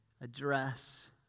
address